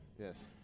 Yes